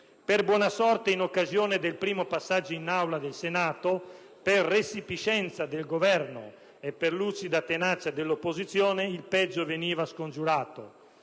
Per buona sorte, in occasione del primo passaggio in Aula del Senato, per resipiscenza del Governo e per lucida tenacia dell'opposizione, il peggio veniva scongiurato.